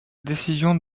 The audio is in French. décision